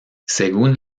según